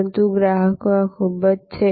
પરંતુ ગ્રાહકો આ ખૂબ જ છે